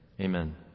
Amen